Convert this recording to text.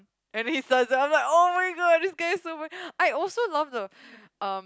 and then he starts it I'm like [oh]-my-god this guy is super I also love the um